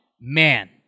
Man